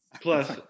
plus